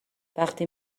وقتی